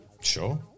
Sure